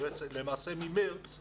למעשה מחודש מארס,